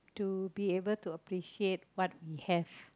to be able to appreciate what we have